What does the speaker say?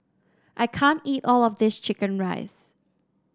I can't eat all of this chicken rice